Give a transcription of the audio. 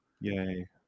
Yay